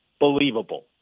believable